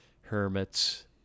hermits